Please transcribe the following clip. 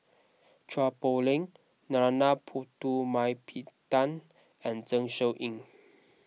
Chua Poh Leng Narana Putumaippittan and Zeng Shouyin